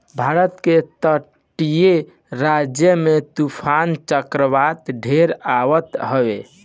भारत के तटीय राज्य में तूफ़ान चक्रवात ढेर आवत हवे